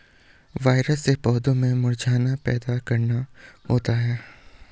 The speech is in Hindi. वायरस से पौधों में मुरझाना पैदा करना होता है